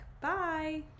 Bye